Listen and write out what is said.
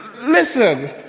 listen